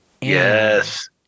Yes